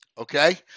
okay